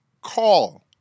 call